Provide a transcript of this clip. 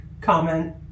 comment